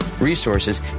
resources